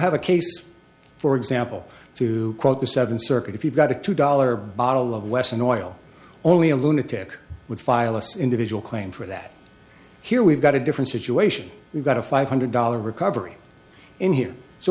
have a case for example to quote the seventh circuit if you've got a two dollar bottle of wesson oil only a lunatic would file us individual claim for that here we've got a different situation we've got a five hundred dollars recovery in here so